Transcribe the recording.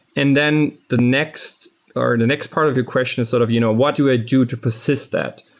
and then the next ah next part of your question is sort of you know what do i do to persist that?